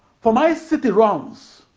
for my city runs,